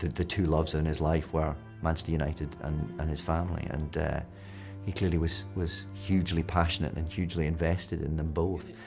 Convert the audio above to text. the two loves in his life were manchester united and and his family, and he clearly was was hugely passionate and hugely invested in them both.